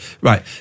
right